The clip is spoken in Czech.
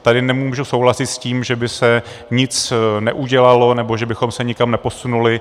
Tady nemůžu souhlasit s tím, že by se nic neudělalo nebo že bychom se nikam neposunuli.